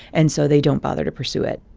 and so they don't bother to pursue it.